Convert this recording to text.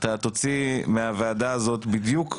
אתה תוציא מהוועדה הזאת בדיוק,